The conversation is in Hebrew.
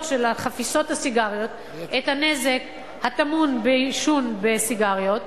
חפיסות הסיגריות את הנזק הטמון בעישון סיגריות,